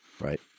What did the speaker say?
right